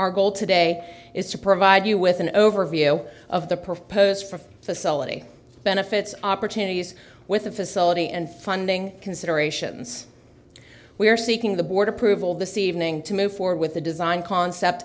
our goal today is to provide you with an overview of the proposed for facility benefits opportunities with the facility and funding considerations we are seeking the board approval this evening to move forward with the design concept